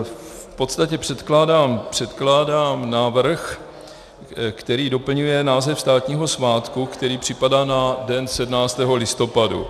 V podstatě předkládám návrh, který doplňuje název státního svátku, který připadá na den 17. listopadu.